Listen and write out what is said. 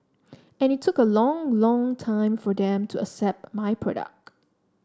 and it look a long long time for them to accept my product